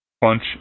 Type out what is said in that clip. Punch